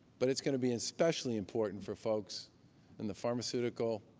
but it's going to be especially important for folks in the pharmaceutical,